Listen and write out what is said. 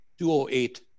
208